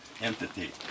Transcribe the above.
entity